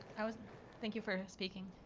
thank you for speaking.